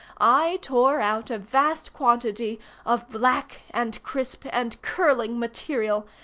i tore out a vast quantity of black, and crisp, and curling material,